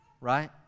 right